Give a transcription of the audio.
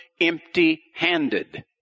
empty-handed